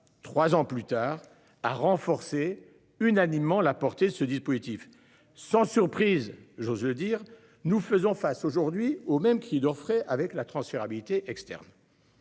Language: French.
3 ans plus tard à renforcer unanimement la portée ce dispositif. Sans surprise, j'ose le dire. Nous faisons face aujourd'hui au même qui dort avec la transférabilité externe.